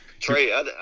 Trey